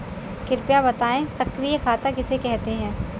कृपया बताएँ सक्रिय खाता किसे कहते हैं?